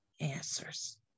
answers